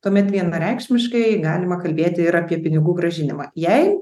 tuomet vienareikšmiškai galima kalbėti ir apie pinigų grąžinimą jei